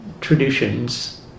traditions